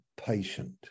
patient